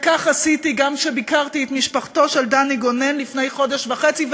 וכך עשיתי גם כשביקרתי את משפחתו של דני גונן לפני חודש וחצי.